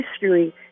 history